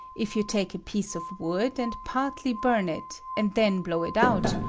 if you take a piece of wood, and partly burn it, and then blow it out,